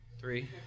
three